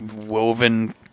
woven